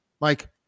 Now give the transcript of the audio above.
mike